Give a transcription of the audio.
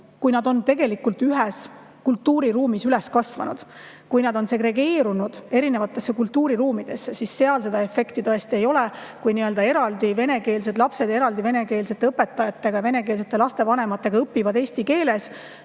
kui nad on tegelikult ühes kultuuriruumis üles kasvanud. Kui nad on segregeerunud erinevatesse kultuuriruumidesse, siis seda efekti tõesti ei ole. Kui on eraldi venekeelsed lapsed venekeelsete õpetajate ja venekeelsete lastevanematega, siis isegi kui